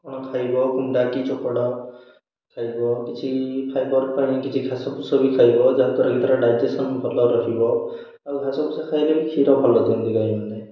କ'ଣ ଖାଇବ କୁଣ୍ଡା କି ଚୋକଡ଼ ଖାଇବ କିଛି ଫାଇବର ପାଇଁ କିଛି ଘାସ ଫୁସ ବି ଖାଇବ ଯାହାଦ୍ୱାରାକି ତା'ର ଡାଇଜେସନ୍ ଭଲ ରହିବ ଆଉ ଘାସ ଫୁସା ଖାଇଲେ ବି କ୍ଷୀର ଭଲ ଦିଅନ୍ତି ଗାଈମାନେ